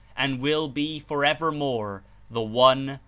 and will be forever more the one,